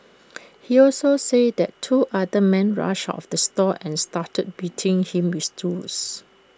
he also said that two other men rushed out of the store and started beating him with stools